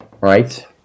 right